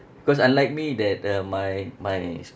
because unlike me that uh my my spouse